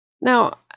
Now